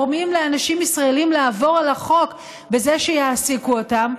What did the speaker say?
גורמים לאנשים ישראלים לעבור על החוק בזה שיעסיקו אותם.